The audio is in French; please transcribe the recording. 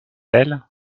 elle